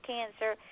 Cancer